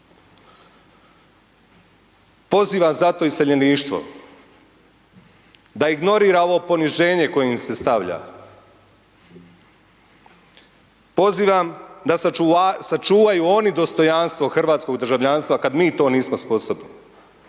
Pozivam zato iseljeništvo, da ignorira ovo poniženje koje im se stavlja, pozivam da sačuvaju oni dostojanstvo hrvatskog državljanstva, kada mi to nismo sposobni,